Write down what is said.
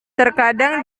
terkadang